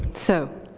so